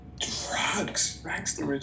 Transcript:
drugs